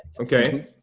Okay